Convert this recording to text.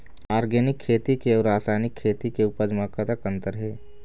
Organic खेती के अउ रासायनिक खेती के उपज म कतक अंतर हे?